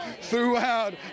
throughout